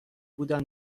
بودن